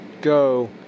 go